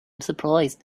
surprised